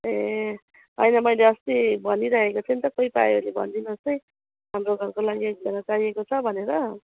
ए होइन मैले अस्ति भनिराखेको थिएँ नि त कोही पायो भने भनिदिनुहोस् है हाम्रो घरको लागि एकजना चाहिएको छ भनेर